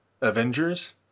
Avengers